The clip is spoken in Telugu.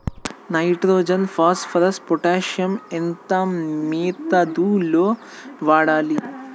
నైట్రోజన్ ఫాస్ఫరస్ పొటాషియం ఎంత మోతాదు లో వాడాలి?